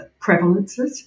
prevalences